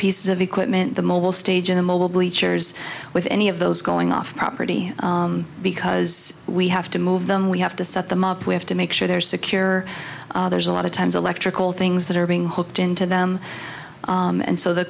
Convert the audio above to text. pieces of equipment the mobile stage of the mobile bleachers with any of those going off property because we have to move them we have to set them up we have to make sure they're secure there's a lot of times electrical things that are being hooked into them and so the